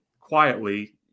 quietly